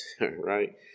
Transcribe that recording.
Right